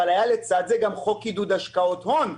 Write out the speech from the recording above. אבל לצד זה היה גם חוק עידוד השקעות הון,